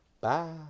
Bye